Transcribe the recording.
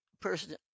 person